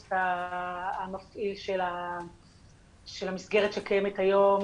באוגוסט המפעיל של המסגרת שקיימת היום